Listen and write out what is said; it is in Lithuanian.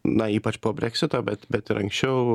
na ypač po breksito bet bet ir anksčiau